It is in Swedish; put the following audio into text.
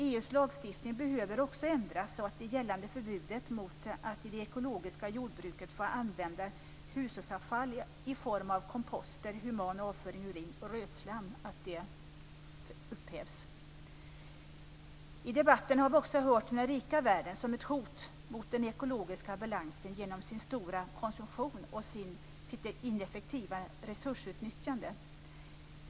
EU:s lagstiftning behöver också ändras så att det gällande förbudet mot att i det ekologiska jordbruket få använda hushållsavfall i form av komposter, human avföring, urin och rötslam upphävs. I debatten har vi också hört att den rika världen är ett hot mot den ekologiska balansen genom sin stora konsumtion och sitt ineffektiva resursutnyttjande.